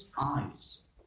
eyes